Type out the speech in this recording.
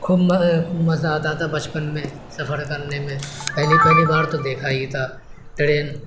خوب مزہ آتا تھا بچپن میں سفر کرنے میں پہلی پہلی بار تو دیکھا ہی تھا ٹرین